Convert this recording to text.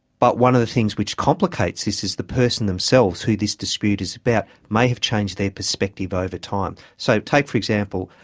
but one of the things which complicates this is the person themselves who this dispute is about may have changed their perspective over time. so take, for example,